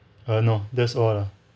err no that's all lah